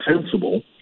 sensible